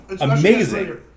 Amazing